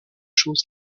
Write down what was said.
choses